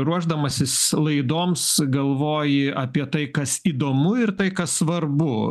ruošdamasis laidoms galvoji apie tai kas įdomu ir tai kas svarbu